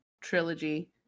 trilogy